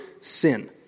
sin